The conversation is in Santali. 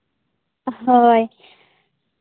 ᱦᱳᱭ